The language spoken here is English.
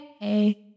hey